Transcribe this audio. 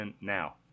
now